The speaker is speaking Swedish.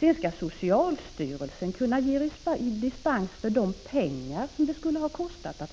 Sedan skall socialstyrelsen kunna ge dispens beträffande avgifterna för prövning.